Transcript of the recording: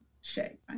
shape